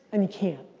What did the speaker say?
and you can't.